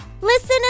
Listen